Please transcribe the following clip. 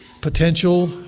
potential